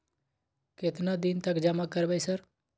केतना दिन तक जमा करबै सर?